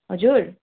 हजुर